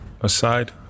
aside